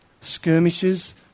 skirmishes